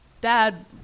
Dad